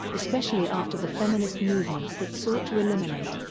especially after the feminist movements that sought to eliminate,